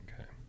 Okay